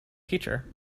teacher